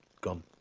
gone